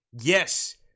yes